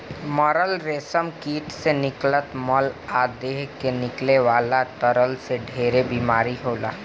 मरल रेशम कीट से निकलत मल आ देह से निकले वाला तरल से ढेरे बीमारी होला